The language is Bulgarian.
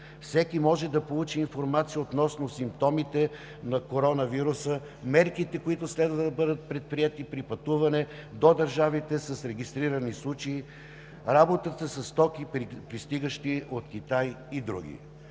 Всеки може да получи информация относно симптомите на коронавируса, мерките, които следва да бъдат предприети при пътуване до държавите с регистрирани случаи, при работа със стоки, пристигащи от Китай, и други.